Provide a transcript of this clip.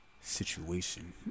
situation